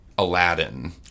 Aladdin